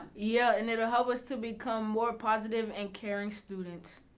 yeah, and it'll help us to become more positive and caring students.